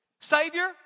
Savior